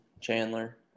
Chandler